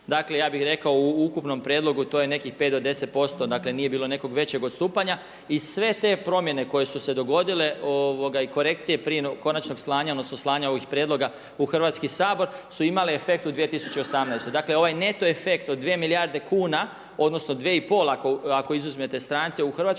Dakle ja bih rekao u ukupnom prijedlogu to je nekih 5 do 10%, dakle nije bilo nekog većeg odstupanja. I sve te promjene koje su se dogodile i korekcije prije konačnog slanja odnosno slanja ovih prijedloga u Hrvatski sabor su imale efekt u 2018. Dakle, ovaj neto efekt od 2 milijarde kuna, odnosno 2 i pol ako izuzmete strance u Hrvatskoj